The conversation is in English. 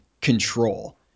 control